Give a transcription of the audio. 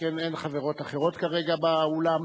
שכן אין חברות אחרות כרגע באולם,